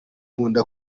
nkunda